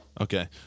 Okay